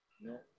No